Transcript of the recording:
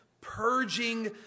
Purging